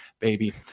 baby